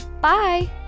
Bye